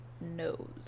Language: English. knows